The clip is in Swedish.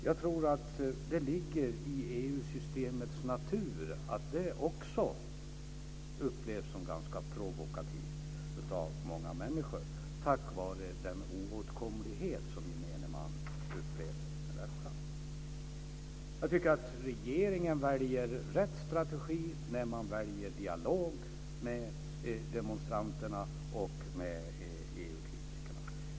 Jag tror att det ligger i EU-systemets natur att det också upplevs som ganska provokativt av många människor tack vare den oåtkomlighet som gemene man upplever med detta. Jag tycker att regeringen väljer rätt strategi när man väljer dialog med demonstranterna och med EU kritikerna.